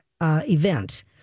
event